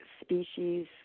species